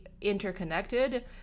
interconnected